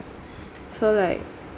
so like